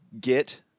get